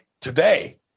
today